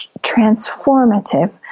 transformative